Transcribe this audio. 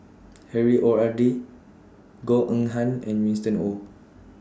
Harry O R D Goh Eng Han and Winston Oh